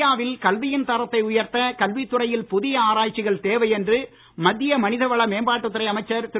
இந்தியாவில் கல்வியின் தரத்தை உயர்த்த கல்வித் துறையில் புதிய ஆராய்ச்சிகள் தேவை என்று மத்திய மனிதவள மேம்பாட்டுத் துறை அமைச்சர் திரு